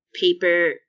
paper